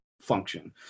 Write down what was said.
function